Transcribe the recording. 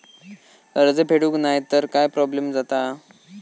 कर्ज फेडूक नाय तर काय प्रोब्लेम जाता?